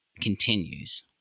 continues